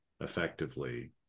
effectively